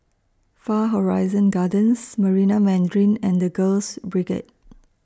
Far Horizon Gardens Marina Mandarin and The Girls Brigade